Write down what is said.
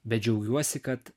bet džiaugiuosi kad